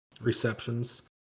receptions